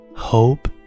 Hope